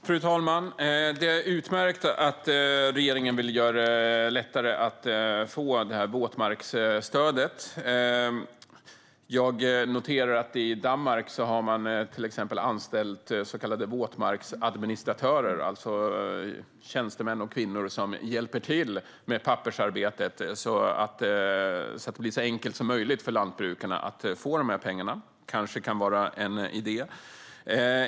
Fru talman! Det är utmärkt att regeringen vill göra det lättare att få våtmarksstödet. Jag noterar att man i Danmark har anställt så kallade våtmarksadministratörer, det vill säga tjänstemän som hjälper till med pappersarbetet så att det blir så enkelt som möjligt för lantbrukarna att få pengarna. Det vore kanske en idé.